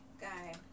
guy